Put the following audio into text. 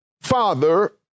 father